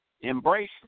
Embrace